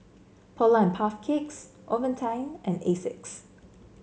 Polar and Puff Cakes Ovaltine and Asics